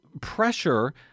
pressure